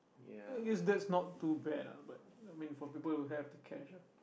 eh it's that's not too bad ah but I mean for people who have the cash ah